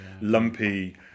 lumpy